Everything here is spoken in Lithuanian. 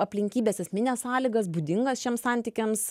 aplinkybes esmines sąlygas būdingas šiems santykiams